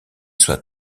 soit